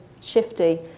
Shifty